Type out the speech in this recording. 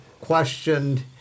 questioned